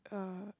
uh